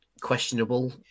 questionable